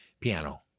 piano